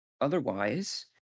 Otherwise